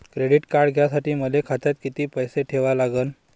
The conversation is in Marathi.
क्रेडिट कार्ड घ्यासाठी मले खात्यात किती पैसे ठेवा लागन?